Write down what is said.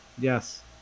Yes